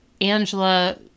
Angela